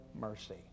mercy